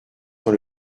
dans